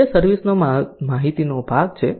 તેથી આ સર્વિસ નો માહિતી ભાગ છે